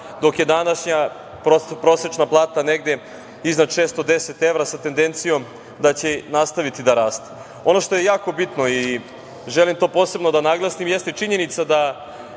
dok je današnja prosečna plata negde iznad 610 evra, sa tendencijom da će nastaviti da raste. Ono što je jako bitno i želim to posebno da naglasim jeste činjenica da